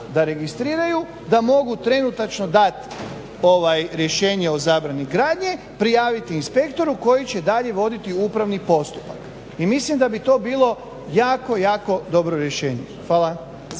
da registriraju, da mogu trenutačno dat rješenje o zabrani gradnje, prijaviti inspektoru koji će dalje voditi upravni postupak i mislim da bi to bilo jako, jako dobro rješenje. Hvala.